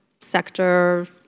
sector